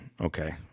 Okay